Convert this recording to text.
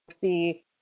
see